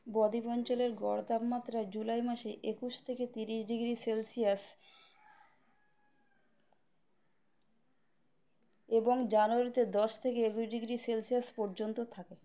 বদ্বীপ অঞ্চলের গড় তাপমাত্রা জুলাই মাসে একুশ থেকে তিরিশ ডিগ্রি সেলসিয়াস এবং জানুয়ারিতে দশ থেকে এগারো ডিগ্রি সেলসিয়াস পর্যন্ত থাকে